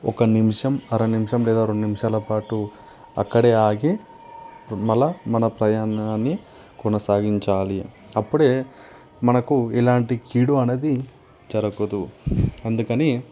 ఒక నిమిషం అర నిమిషం లేదా రెండు నిమిషాల పాటు అక్కడే ఆగి అప్పుడు మళ్ళీ మన ప్రయాణాన్ని కొనసాగించాలి అప్పుడే మనకు ఎలాంటి కీడు అనేది జరగదు అందుకని